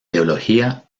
teología